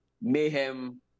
Mayhem